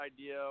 idea